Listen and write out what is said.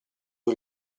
con